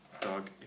Dog